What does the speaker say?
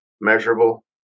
measurable